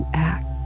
act